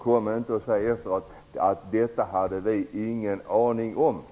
Kom inte och säg efteråt att ni inte hade någon aning om detta!